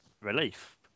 relief